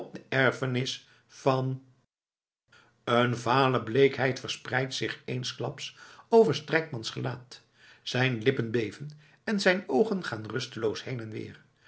de erfenis van een vale bleekheid verspreidt zich eensklaps over strijkmans gelaat zijn lippen beven en zijn oogen gaan rusteloos heen en weer